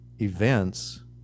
events